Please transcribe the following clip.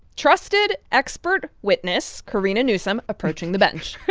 trusted expert witness corina newsome approaching the bench.